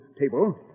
table